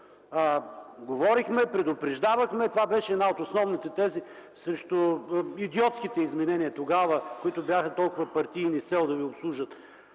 говорихме, предупреждавахме, това беше една от основните тези срещу идиотските изменения тогава, които бяха толкова партийни с цел да ви обслужат,